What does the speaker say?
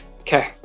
Okay